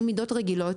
אין מידות רגילות,